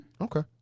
Okay